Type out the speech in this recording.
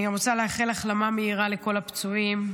אני גם רוצה לאחל החלמה מהירה לכל הפצועים.